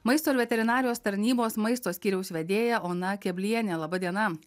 maisto ir veterinarijos tarnybos maisto skyriaus vedėja ona keblienė laba diena